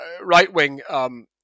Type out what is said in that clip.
right-wing